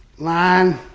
line.